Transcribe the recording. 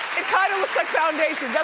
it kinda looks like foundation,